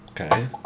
Okay